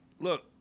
look